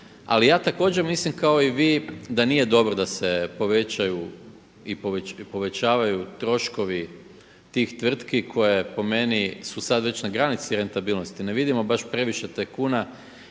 Ali ja također mislim kao i vi da nije dobro da se povećavaju i povećavaju troškovi tih tvrtki koja je po meni su sada već na granici rentabilnosti. Ne vidimo baš previše tajkuna